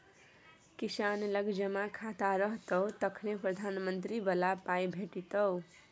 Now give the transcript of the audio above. किसान लग जमा खाता रहतौ तखने प्रधानमंत्री बला पाय भेटितो